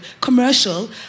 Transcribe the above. commercial